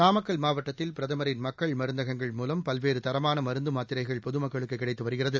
நாமக்கல் மாவட்டத்தில் பிரதமின் மக்கள் மருந்தகங்கள் மூலம் பல்வேறு தரமான மருந்து மாத்திரைகள் பொதுமக்களுக்கு கிடைத்து வருகிறது